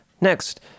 Next